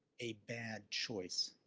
a bad choice.